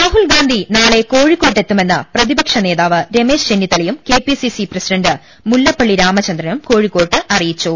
രാഹുൽഗാന്ധി നാളെ കോഴിക്കോട്ടെത്തുമെന്ന് പ്രതിപക്ഷനേ താവ് രമേശ് ചെന്നിത്തലയും KPCC president Mullappally രാമചന്ദ്രനും കോഴിക്കോട് അറിയിച്ചു